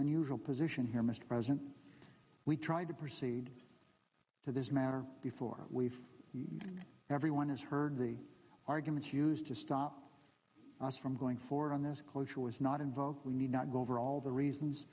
unusual position here mr president we tried to proceed to this matter before we've made everyone has heard the arguments used to stop us from going forward on this closure was not involved we need not go over all the reasons